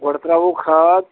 گۄڈٕ ترٛاوَو کھاد